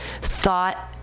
thought